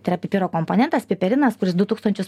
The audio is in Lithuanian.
tai yra pipiro komponentas piperinas kuris du tūkstančius